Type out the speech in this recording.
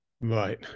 Right